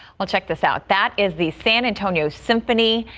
well check this out that is the san antonio symphony,